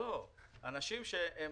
לא, אנשים שהם